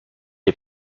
les